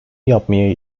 yapmaya